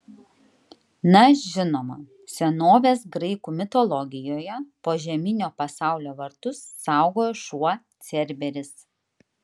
na žinoma senovės graikų mitologijoje požeminio pasaulio vartus saugojo šuo cerberis